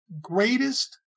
Greatest